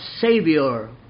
savior